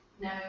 no